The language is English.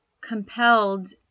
compelled